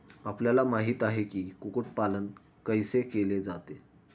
आपल्याला माहित आहे की, कुक्कुट पालन कैसे केले जाते?